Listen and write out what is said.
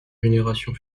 générations